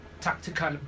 tactical